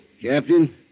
Captain